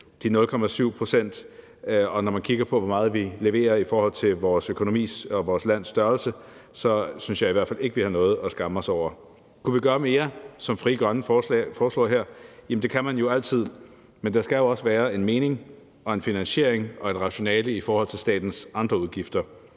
de 0,7 pct. Og når man kigger på, hvor meget vi leverer i forhold til vores økonomis og vores lands størrelse, synes jeg i hvert fald ikke, at vi har noget at skamme os over. Kunne vi gøre mere, som Frie Grønne foreslår her? Jamen det kan man altid, men der skal jo også være en mening, en finansiering og et rationale i forhold til statens andre udgifter.